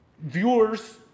viewers